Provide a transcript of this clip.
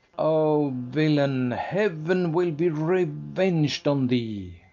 o villain! heaven will be reveng'd on thee.